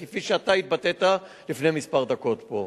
כפי שאתה התבטאת לפני כמה דקות פה.